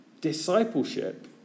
Discipleship